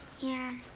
yeah,